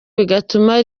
bigatuma